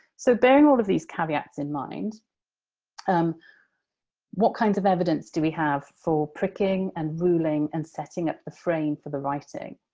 so, bearing all of these caveats in mind, um what kinds of evidence do we have for pricking and ruling and setting up the frame for the writing?